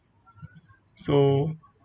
so